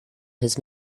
his